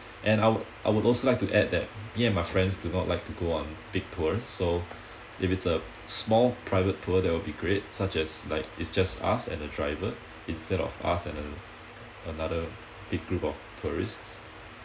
and I would I would also like to add that me and my friends do not like to go on big tour so if it's a small private tour that will be great such as like it's just us and the driver instead of us and uh another big group of tourists